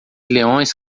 leões